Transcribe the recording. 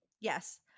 yes